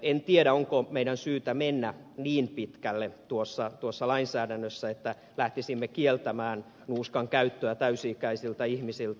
en tiedä onko meidän syytä mennä niin pitkälle tuossa lainsäädännössä että lähtisimme kieltämään nuuskan käytön täysi ikäisiltä ihmisiltä